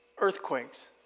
Earthquakes